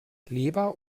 leber